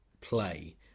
play